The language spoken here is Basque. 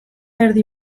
erdi